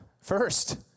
first